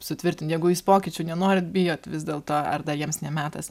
sutvirtint jeigu jūs pokyčių nenorit bijot vis dėl to ar dar jiems ne metas